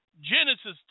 Genesis